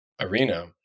arena